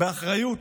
באחריות